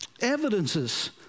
evidences